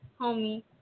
homie